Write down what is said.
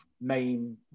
main